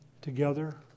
together